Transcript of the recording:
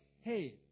hey